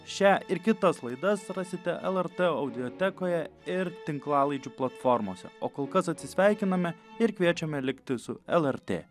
šią ir kitas laidas rasite lrt audiotekoje ir tinklalaidžių platformose o kol kas atsisveikiname ir kviečiame likti su lrt